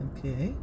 Okay